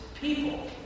people